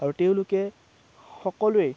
আৰু তেওঁলোকে সকলোৱেই